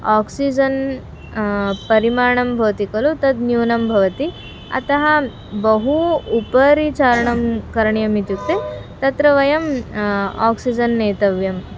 oxygen परिमाणं भवति खलु तद् न्यूनं भवति अतः बहु उपरि चारणं करणीयम् इत्युक्ते तत्र वयम् आक्सिजन् नेतव्यं